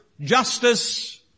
justice